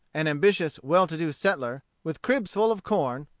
an ambitious, well-to-do settler, with cribs full of corn,